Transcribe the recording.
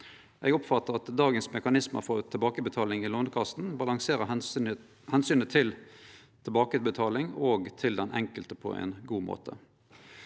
Eg oppfattar at dagens mekanisme for tilbakebetaling i Lånekassen balanserer omsynet til tilbakebetaling og til den enkelte på ein god måte.